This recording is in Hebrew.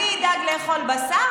אני אדאג לאכול בשר,